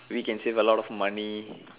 we can save a lot of money